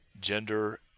gender